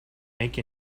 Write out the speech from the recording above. make